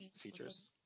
features